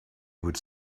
would